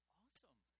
awesome